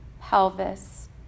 pelvis